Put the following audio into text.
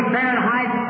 Fahrenheit